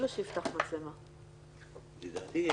שיתקנו את הזום.